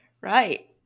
Right